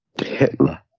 Hitler